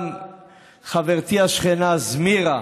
גם חברתי השכנה זמירה,